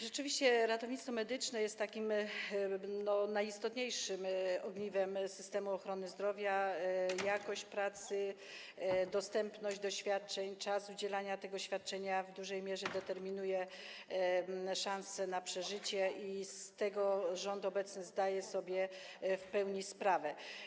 Rzeczywiście ratownictwo medyczne jest najistotniejszym ogniwem systemu ochrony zdrowia: jakość pracy, dostępność świadczeń, czas udzielania świadczenia w dużej mierze determinują szanse na przeżycie i z tego obecny rząd zdaje sobie w pełni sprawę.